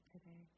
today